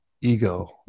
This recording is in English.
ego